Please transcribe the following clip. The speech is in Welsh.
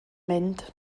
mynd